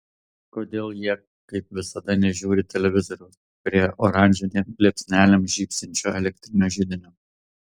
kodėl jie kaip visada nežiūri televizoriaus prie oranžinėm liepsnelėm žybsinčio elektrinio židinio